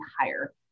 higher